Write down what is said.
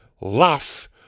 laugh